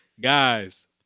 guys